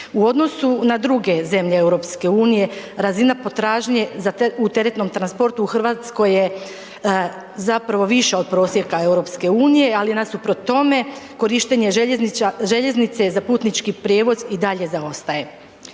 U odnosu na druge zemlje EU razina potražnje za, u teretnom transportu u Hrvatskoj je zapravo više od prosjeka EU, ali nasuprot tome korištenje željeznice za putnički prijevoz i dalje zaostaje.